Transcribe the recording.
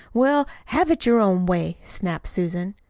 well, have it your own way, snapped susan.